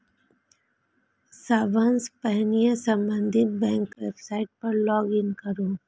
सबसं पहिने संबंधित बैंकक वेबसाइट पर लॉग इन करू